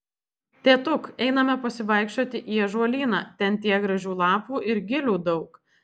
tėtuk einame pasivaikščioti į ąžuolyną ten tiek gražių lapų ir gilių daug